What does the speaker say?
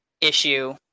issue